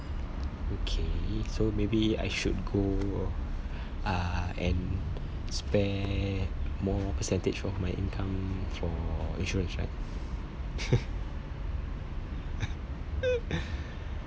okay so maybe I should go uh and spare more percentage of my income for insurance right